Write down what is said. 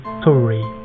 sorry